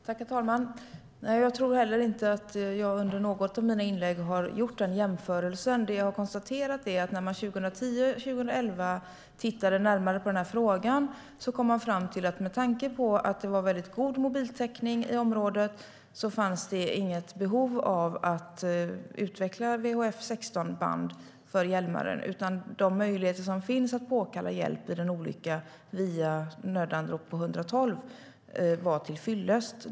Herr talman! Nej, jag tror heller inte att jag i något av mina inlägg har gjort den jämförelsen. Det jag har konstaterat är: När man 2010 och 2011 tittade närmare på frågan kom man fram till att det, med tanke på att det var en väldigt god mobiltäckning i området, inte fanns något behov av att utveckla VHF-16-band för Hjälmaren. De möjligheter som finns att påkalla hjälp vid en olycka med nödanrop via 112 är till fyllest.